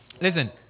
listen